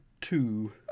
two